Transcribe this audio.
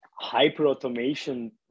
hyper-automation